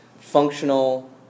functional